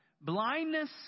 Blindness